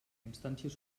instàncies